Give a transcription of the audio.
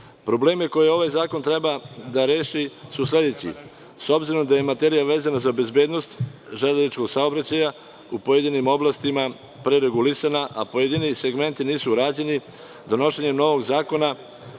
Probleme koje ovaj zakon treba da reši su sledeći, s obzirom da je materija vezana za bezbednost železničkog saobraćaja u pojedinim oblastima, a pre regulisanja, a pojedini segmenti nisu rađeni, donošenjem novog zakona,